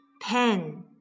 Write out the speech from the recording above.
pen